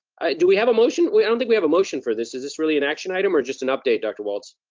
do we have a motion? i don't think we have a motion for this. is this really an action item, or just an update, dr. walts?